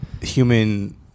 human